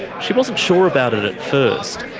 she wasn't sure about it it first,